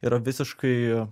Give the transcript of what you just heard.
yra visiškai